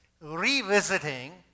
revisiting